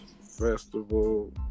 Festival